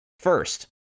First